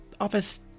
office